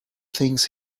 things